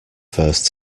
first